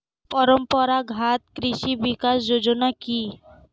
পরম্পরা ঘাত কৃষি বিকাশ যোজনা কি?